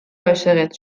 عاشقت